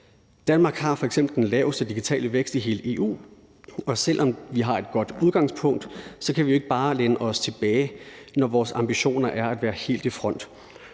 Danmark har f.eks. den laveste digitale vækst i hele EU, og selv om vi har et godt udgangspunkt, kan vi jo ikke bare læne os tilbage, når vores ambitioner er at være helt i front.